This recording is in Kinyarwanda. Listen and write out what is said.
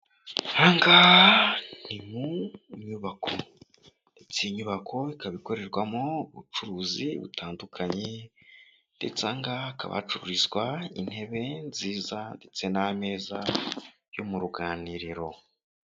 Aha ngaha ni mu nyubako ndetse iyi nyubako ikaba ikorerwamo ubucuruzi butandukanye ndetse aha ngaha hakaba hacururizwa intebe nziza ndetse n'ameza yo mu ruganiriro.